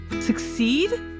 succeed